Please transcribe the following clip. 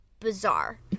bizarre